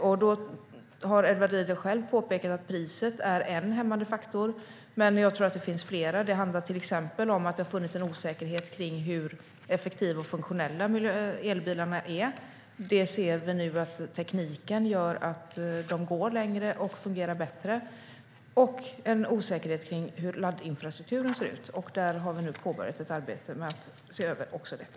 Edward Riedl har själv påpekat att priset är en hämmande faktor, men jag tror att det finns fler. Det handlar till exempel om att det har funnits en osäkerhet om hur effektiva och funktionella elbilarna är. Vi ser nu att tekniken gör att de går längre och fungerar bättre. Det har också funnits en osäkerhet om hur laddinfrastrukturen ser ut. Vi har nu påbörjat ett arbete med att se över också detta.